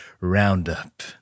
roundup